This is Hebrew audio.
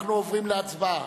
אנחנו עוברים להצבעה,